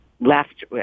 left